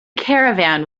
caravan